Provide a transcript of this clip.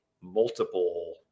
multiple